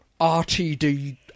RTD